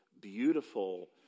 beautiful